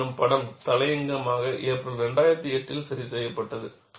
1 எனும் படம் தலையங்கமாக ஏப்ரல் 2008 இல் சரி செய்யப்பட்டது